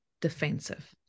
defensive